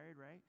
right